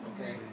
okay